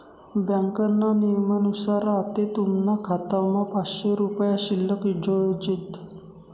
ब्यांकना नियमनुसार आते तुमना खातामा पाचशे रुपया शिल्लक जोयजेत